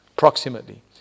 Approximately